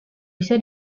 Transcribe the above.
bisa